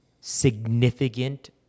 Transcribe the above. significant